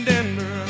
Denver